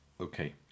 Okay